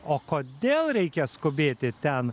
o kodėl reikia skubėti ten